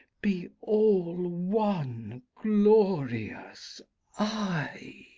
be all one glorious eye.